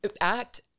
act